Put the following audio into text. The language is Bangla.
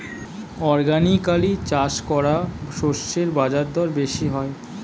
অর্গানিকালি চাষ করা শস্যের বাজারদর বেশি হয়